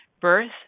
birth